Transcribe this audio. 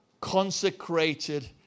consecrated